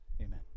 Amen